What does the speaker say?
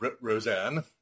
Roseanne